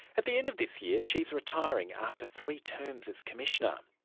at the end of this year she's retiring after three terms as commissioner.